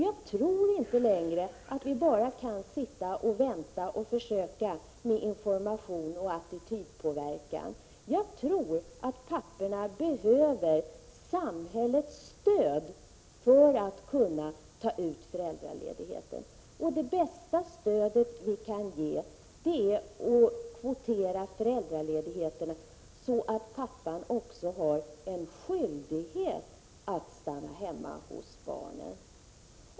Vi kan inte längre fortsätta med bara information och försök till attitydpåverkan. Jag tror att papporna behöver samhällets stöd för att kunna ta ut föräldraledigheten. Det bästa stöd vi kan ge dem är att kvotera föräldraledigheten, så att papporna får en skyldighet att stanna hemma hos barnen.